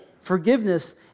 Forgiveness